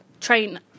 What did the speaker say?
train